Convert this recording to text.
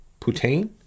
putain